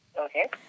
Okay